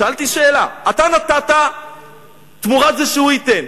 שאלתי שאלה: אתה נתת תמורת זה שהוא ייתן,